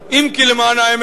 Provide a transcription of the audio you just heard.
אם כי, למען האמת,